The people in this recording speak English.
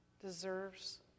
deserves